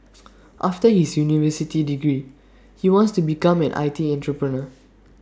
after his university degree he wants to become an I T entrepreneur